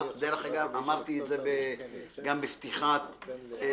דרך אגב, אמרתי את זה גם בפתיחת דבריי.